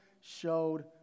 showed